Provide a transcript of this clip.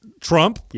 Trump